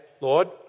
Lord